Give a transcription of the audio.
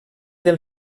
del